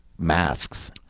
masks